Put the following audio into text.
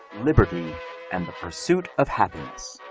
liberty and the pursuit of happiness.